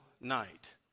night